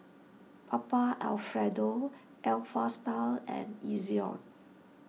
Papa Alfredo Alpha Style and Ezion